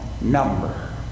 number